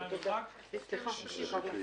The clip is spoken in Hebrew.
ורושמים: